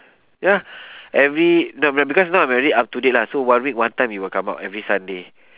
ya every no man because now I'm already up to date lah so one week one time it will come out every sunday